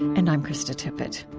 and i'm krista tippett